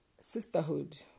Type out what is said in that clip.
Sisterhood